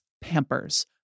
Pampers